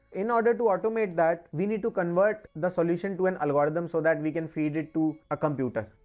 in order to automate that, we need to convert the solution to an algorithm so that we can feed it to a computer.